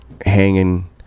hanging